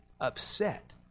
upset